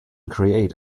create